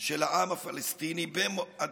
של העם הפלסטיני באדמתו,